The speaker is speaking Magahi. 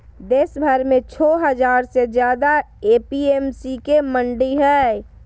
देशभर में छो हजार से ज्यादे ए.पी.एम.सी के मंडि हई